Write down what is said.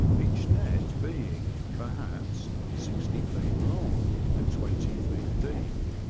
each net being, perhaps, sixty feet long and twenty feet deep.